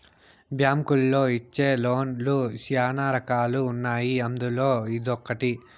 బ్యాంకులోళ్ళు ఇచ్చే లోన్ లు శ్యానా రకాలు ఉన్నాయి అందులో ఇదొకటి